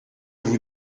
vous